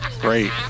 great